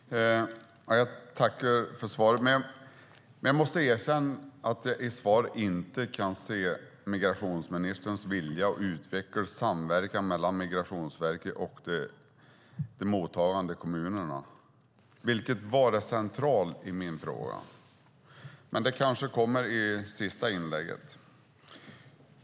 Herr talman! Jag tackar för svaret. Men jag måste erkänna att jag i svaret inte kan se migrationsministerns vilja att utveckla samverkan mellan Migrationsverket och de mottagande kommunerna, vilket var det centrala i min fråga. Men det kanske kommer i det sista inlägget.